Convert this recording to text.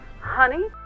Honey